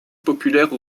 populaire